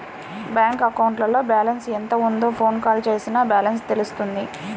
bank అకౌంట్లో balance ఎంత ఉందో ఫోన్ కాల్ చేసినా బ్యాలెన్స్ తెలుస్తుంది